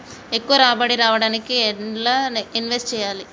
ఎక్కువ రాబడి రావడానికి ఎండ్ల ఇన్వెస్ట్ చేయాలే?